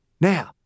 Now